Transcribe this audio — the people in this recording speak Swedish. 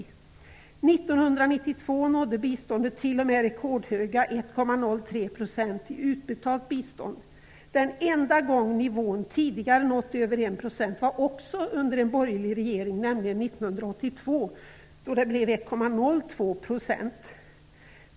1992 nådde biståndet t.o.m. rekordhöga 1,03 % i utbetalt bistånd. Den enda gången som nivån tidigare nått över 1 % var också under en borgerlig regering, nämligen 1982 då det blev 1,02 %.